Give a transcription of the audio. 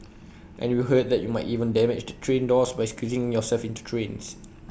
and we heard that you might even damage the train doors by squeezing yourself into trains